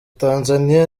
tanzania